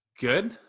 good